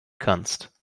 kannst